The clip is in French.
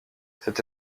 cette